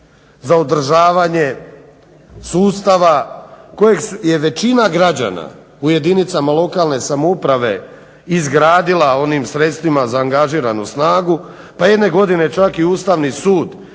za održavanje sustav koji je većina građana u jedinicama lokalne samouprave izgradila onim sredstvima za angažiranu snagu, pa jedne godine čak i Ustavni sud